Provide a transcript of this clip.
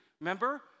Remember